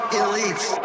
elites